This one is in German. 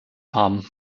haben